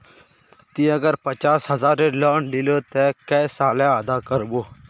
ती अगर पचास हजारेर लोन लिलो ते कै साले अदा कर बो?